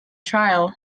trial